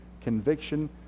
conviction